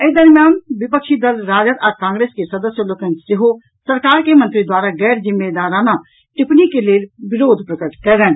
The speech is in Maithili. एहि दरमियान विपक्षी दल राजद आ कांग्रेस के सदस्य लोकनि सेहो सरकार के मंत्री द्वारा गैर जिम्मेदराना टिप्पणी के लेल विरोध प्रकट कयलनि